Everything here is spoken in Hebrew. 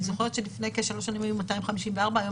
אני זוכרת שלפני כ-3 שנים היו 254. היום